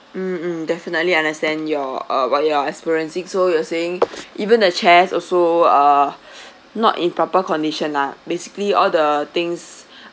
mm mm definitely understand your uh what you are experiencing so you are saying even the chairs also uh not in proper condition lah basically all the things